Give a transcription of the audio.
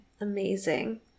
Amazing